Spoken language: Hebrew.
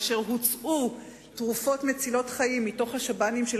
להוציא תרופות מצילות חיים מתוך השב"נים של